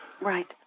Right